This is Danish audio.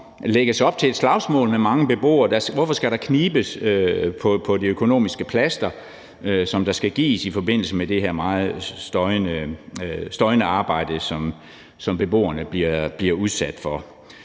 lægges op til et slagsmål med mange beboere. Hvorfor skal der knibes på det økonomiske plaster, som skal gives i forbindelse med det her meget støjende arbejde, som beboerne bliver udsat for?